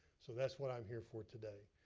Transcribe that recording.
so that's what i'm hear for today.